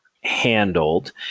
handled